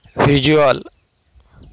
visual